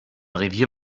revier